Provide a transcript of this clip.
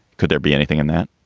could there be anything in that?